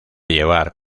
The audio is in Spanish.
llevar